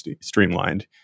streamlined